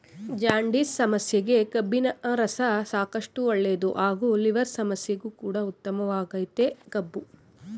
jaundice ಸಮಸ್ಯೆಗೆ ಕಬ್ಬಿನರಸ ಸಾಕಷ್ಟು ಒಳ್ಳೇದು ಹಾಗೂ ಲಿವರ್ ಸಮಸ್ಯೆಗು ಕೂಡ ಉತ್ತಮವಾಗಯ್ತೆ ಕಬ್ಬು